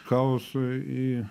chaoso į